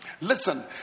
Listen